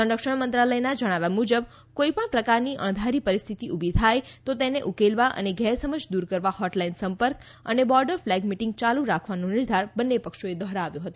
સંરક્ષણ મંત્રાલયના જણાવ્યા મુજબ કોઈ પણ પ્રકારની અણધારી પરિસ્થિતી ઉભી થાય તો તેના ઉકેલવા અને ગેર સમજ દૂર કરવા હોટલાઈન સંપર્ક અને બોર્ડર ફ્લેગ મીટીંગ ચાલુ રાખવાનો નિર્ધાર બંન્ને પક્ષોએ દોહરાવ્યો હતો